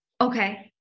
Okay